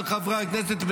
חברי הכנסת,